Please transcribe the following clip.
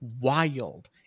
wild